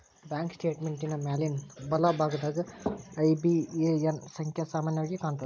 bank ಸ್ಟೇಟ್ಮೆಂಟಿನ್ ಮ್ಯಾಲಿನ್ ಬಲಭಾಗದಾಗ ಐ.ಬಿ.ಎ.ಎನ್ ಸಂಖ್ಯಾ ಸಾಮಾನ್ಯವಾಗಿ ಕಾಣ್ತದ